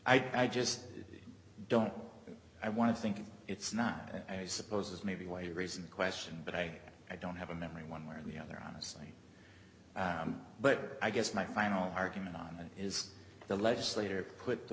looking i just don't i want to think it's not i suppose it's maybe way raising the question but i i don't have a memory one way or the other honestly but i guess my final argument on is the legislator put the